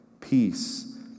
peace